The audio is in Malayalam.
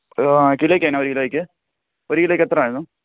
കിലോയിക്ക് എന്നാ ഒരു കിലോയ്ക്ക് ഒരു കിലോക്ക് എത്രയായിരുന്നു